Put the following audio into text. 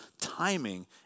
timing